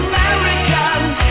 Americans